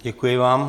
Děkuji vám.